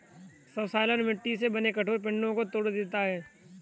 subsoiler मिट्टी से बने कठोर पिंडो को तोड़ देता है